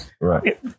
Right